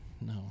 no